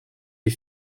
les